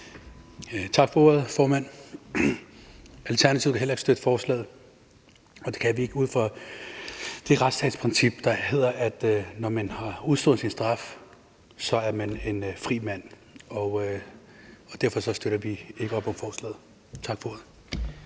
Tak for ordet, formand. Alternativet kan heller ikke støtte forslaget, og det kan vi ikke ud fra det retsstatsprincip, der hedder, at når man har udstået sin straf, er man en fri mand. Derfor støtter vi ikke op om forslaget. Tak for ordet.